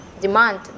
demand